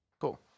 Cool